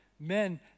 men